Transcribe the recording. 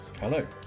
Hello